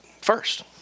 first